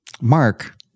Mark